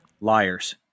Liars